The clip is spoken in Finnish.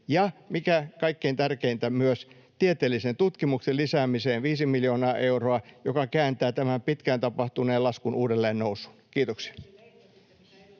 Ja mikä kaikkein tärkeintä, myös tieteellisen tutkimuksen lisäämiseen 5 miljoonaa euroa, joka kääntää tämän pitkään tapahtuneen laskun uudelleen nousuun. — Kiitoksia.